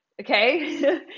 okay